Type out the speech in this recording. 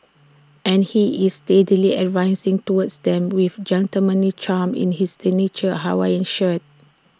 and he is steadily advancing towards them with gentlemanly charm in his signature Hawaiian shirts